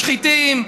משחיתים,